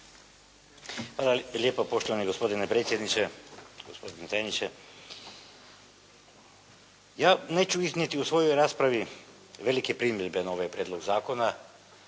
Hvala lijepo poštovani gospodine predsjedniče, gospodine tajniče. Ja neću iznijeti u svojoj raspravi velike primjedbe na ovaj prijedlog zakona.